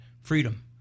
Freedom